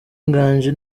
nganji